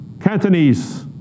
Cantonese